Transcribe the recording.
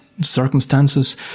circumstances